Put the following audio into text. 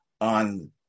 on